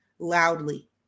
loudly